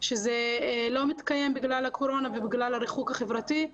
שזה לא מתקיים בגלל הקורונה ובגלל הריחוק החברתי.